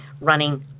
running